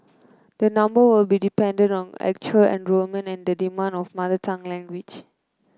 the number will be dependent on actual enrolment and the demand for mother tongue language